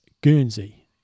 Guernsey